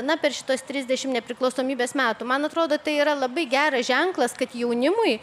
na per šituos trisdešim nepriklausomybės metų man atrodo tai yra labai geras ženklas kad jaunimui